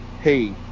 hey